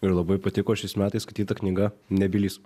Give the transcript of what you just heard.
ir labai patiko šiais metais skaityta knyga nebylys